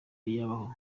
yabaho